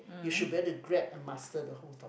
you should better to grab and master the whole top